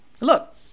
Look